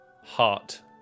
heart